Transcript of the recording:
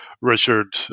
Richard